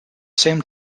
same